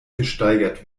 gesteigert